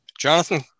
Jonathan